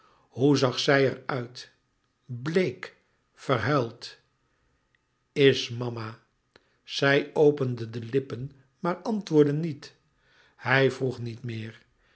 hoe zag zij er uit bleek verhuild is mama zij opende de lippen maar antwoordde niet louis couperus metamorfoze hij vroeg niet meer